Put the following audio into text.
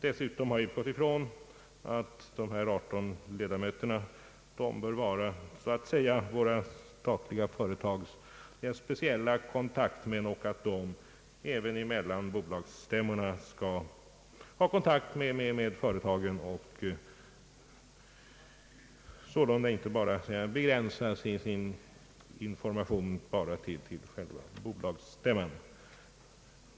Dessutom har jag utgått ifrån att de 18 ledamöterna bör vara så att säga våra statliga företags speciella kontaktmän och att de även mellan bolagsstämmorna skall ha kontakt med företagen och sålunda inte vara hänvisade till att få information bara vid bolagsstämman.